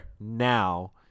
now